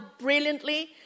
brilliantly